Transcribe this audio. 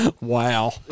Wow